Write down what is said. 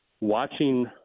watching